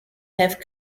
have